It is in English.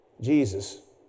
Jesus